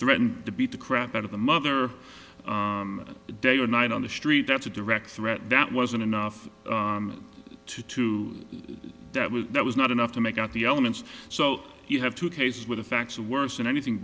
threatened to beat the crap out of the mother of the day or night on the street that's a direct threat that wasn't enough to two that was that was not enough to make out the elements so you have two cases where the facts are worse than anything